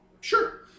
Sure